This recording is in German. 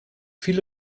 viele